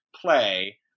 play